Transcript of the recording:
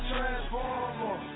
Transformer